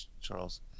Charles